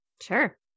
sure